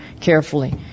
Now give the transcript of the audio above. carefully